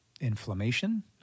inflammation